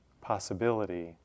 possibility